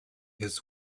his